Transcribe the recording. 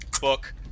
Book